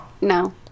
No